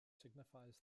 signifies